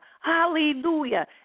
hallelujah